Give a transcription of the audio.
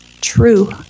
true